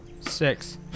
six